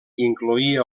incloïa